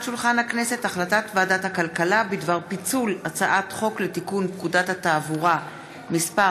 החלטת ועדת הכלכלה בדבר פיצול הצעת חוק לתיקון פקודת התעבורה (מס'